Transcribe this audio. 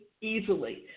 easily